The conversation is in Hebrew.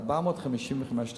455 תקנים.